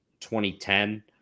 2010